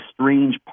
strange